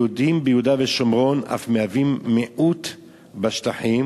היהודים ביהודה ושומרון אף מהווים מיעוט בשטחים,